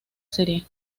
serie